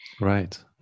Right